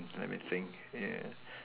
mm let me think ya